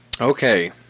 okay